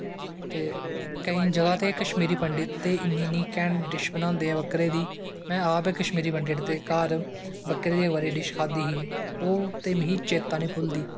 ते केंई जगाह् ते कश्मीरी पंडित इन्नी स्हेई डिश बनांदे ऐं बकरे दी में आप कश्मीरी पंडित दे घर बकरे दी डिश खाद्धी ही ओह् ते मिगी चेत्ता नी भुलदी